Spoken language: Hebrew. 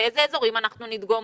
באיזה אזורים אנחנו נדגום.